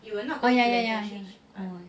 oh ya ya ya